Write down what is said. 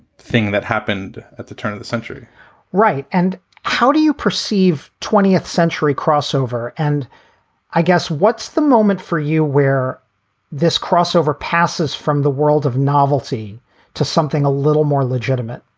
thing that happened at the turn of the century right. and how do you perceive twentieth century crossover? and i guess what's the moment for you where this crossover passes from the world of novelty to something a little more legitimate?